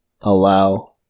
allow